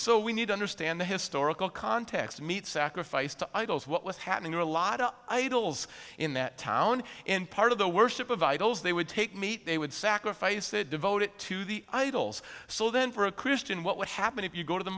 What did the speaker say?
so we need to understand the historical context meat sacrificed to idols what was happening to a lot of idols in that town in part of the worship of idols they would take meat they would sacrifice it devoted to the idols so then for a christian what would happen if you go to the